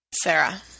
Sarah